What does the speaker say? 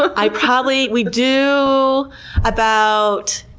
i probably, we do about,